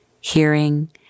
hearing